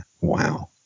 Wow